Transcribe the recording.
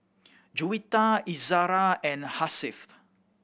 Juwita Izzara and Hasif